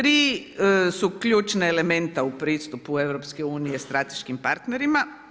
3 su ključna elementa u pristupu EU strateškim partnerima.